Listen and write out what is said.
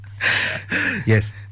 Yes